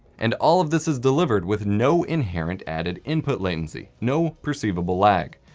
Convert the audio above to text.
and all of this is delivered with no inherent added input latency. no perceivable lag.